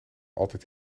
altijd